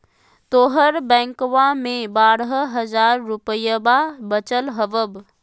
तोहर बैंकवा मे बारह हज़ार रूपयवा वचल हवब